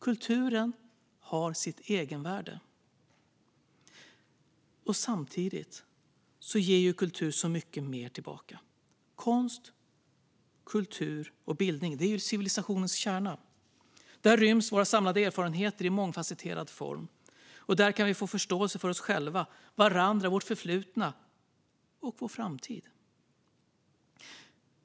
Kulturen har sitt egenvärde. Samtidigt ger kultur så mycket mer. Konst, kultur och bildning är civilisationens kärna. Där ryms våra samlade erfarenheter i mångfasetterad form. Där kan vi få förståelse för oss själva, varandra, vårt förflutna och vår framtid.